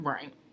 Right